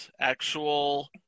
actual